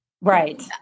Right